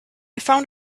found